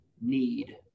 need